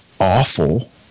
awful